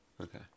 Okay